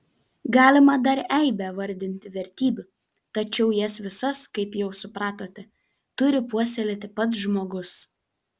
galima dar eibę vardinti vertybių tačiau jas visas kaip jau supratote turi puoselėti pats žmogus